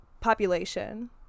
population